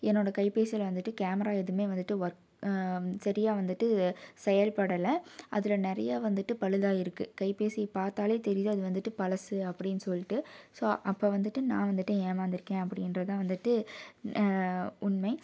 என்னோடய கைப்பேசியில் வந்துட்டு கேமரா எதுவும் வந்துட்டு ஒர்க் சரியாக வந்துட்டு செயல்படலை அதில் நிறையா வந்துட்டு பழுதாகிருக்கு கைப்பேசியை பார்த்தாலே தெரியிது அது வந்துட்டு பழசு அப்படின் சொல்லிட்டு ஸோ அப்போ வந்துட்டு நான் வந்துட்டு ஏமாத்துருக்கேன் அப்படின்ற தான் வந்துட்டு உண்மை